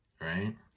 right